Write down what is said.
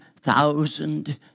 thousand